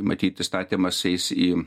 matyt įstatymas eis į